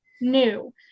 new